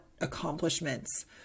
accomplishments